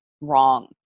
wrong